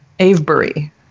Avebury